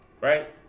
right